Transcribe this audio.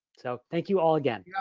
so thank you all again. yeah